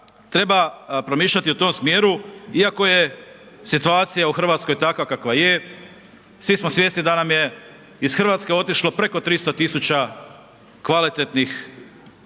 treba promišljati u tom smjeru iako je situacija u RH takva kakva je, svi smo svjesni da nam je iz RH otišlo preko 300 000 kvalitetnih radnika